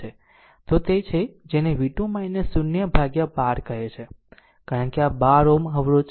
તોતે છે જેને v2 0 ભાગ્યા 12 કહે છે કારણ કે આ 12 Ω અવરોધ છે